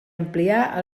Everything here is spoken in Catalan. ampliar